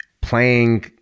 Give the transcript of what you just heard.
playing